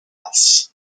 else